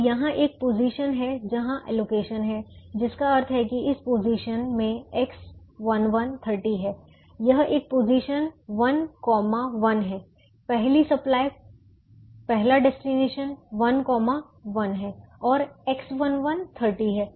अब यहां एक पोजीशन है जहां एलोकेशन है जिसका अर्थ है कि इस पोजीशन में X11 30 है यह एक पोजीशन 1 1 है पहली सप्लाई पहला डेस्टिनेशन 1 1 है तो X11 30 है